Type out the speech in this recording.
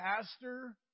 pastor